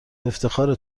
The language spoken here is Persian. افتخاره